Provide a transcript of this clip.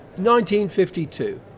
1952